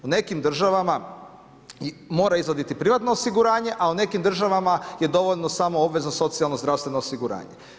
U nekim državama mora izvaditi privatno osiguranje, a u nekim državama je dovoljno samo obvezno socijalno zdravstveno osiguranje.